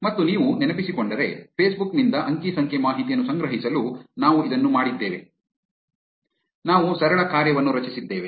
ಮತ್ತು ನೀವು ನೆನಪಿಸಿಕೊಂಡರೆ ಫೇಸ್ಬುಕ್ ನಿಂದ ಅಂಕಿ ಸಂಖ್ಯೆ ಮಾಹಿತಿಯನ್ನು ಸಂಗ್ರಹಿಸಲು ನಾವು ಇದನ್ನು ಮಾಡಿದ್ದೇವೆ ನಾವು ಸರಳ ಕಾರ್ಯವನ್ನು ರಚಿಸಿದ್ದೇವೆ